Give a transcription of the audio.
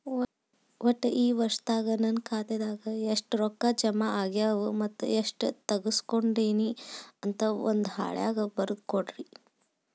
ಒಟ್ಟ ಈ ವರ್ಷದಾಗ ನನ್ನ ಖಾತೆದಾಗ ಎಷ್ಟ ರೊಕ್ಕ ಜಮಾ ಆಗ್ಯಾವ ಮತ್ತ ಎಷ್ಟ ತಗಸ್ಕೊಂಡೇನಿ ಅಂತ ಒಂದ್ ಹಾಳ್ಯಾಗ ಬರದ ಕೊಡ್ರಿ